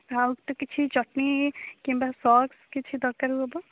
ଆଉ ତ କିଛି ଚଟଣୀ କିମ୍ବା ସସ୍ କିଛି ଦରକାର ହବ